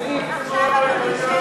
שמית,